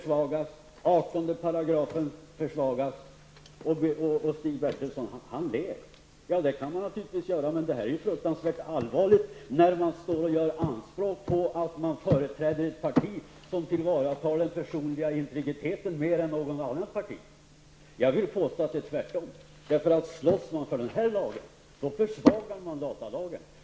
6 § Det kan man naturligtvis göra. Men detta är fruktansvärt allvarligt när man gör anspråk på att företräda ett parti som tillvaratar den personliga integriteten mer än något annat parti. Jag vill påstå att det är tvärtom. Slåss man för den här lagen försvagar man datalagen.